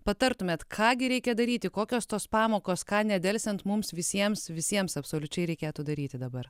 patartumėt ką gi reikia daryti kokios tos pamokos ką nedelsiant mums visiems visiems absoliučiai reikėtų daryti dabar